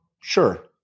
Sure